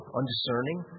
undiscerning